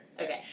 Okay